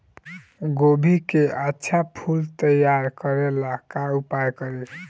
गोभी के अच्छा फूल तैयार करे ला का उपाय करी?